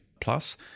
plus